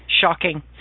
Shocking